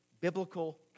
biblical